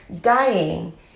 dying